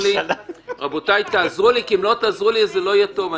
לי כי אם לא תעזרו לי זה לא יהיה טוב.